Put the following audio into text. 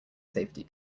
safety